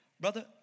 brother